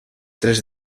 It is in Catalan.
tres